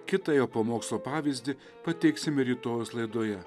kitą jo pamokslo pavyzdį pateiksime rytojaus laidoje